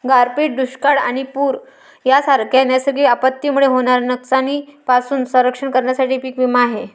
गारपीट, दुष्काळ आणि पूर यांसारख्या नैसर्गिक आपत्तींमुळे होणाऱ्या नुकसानीपासून संरक्षण करण्यासाठी पीक विमा आहे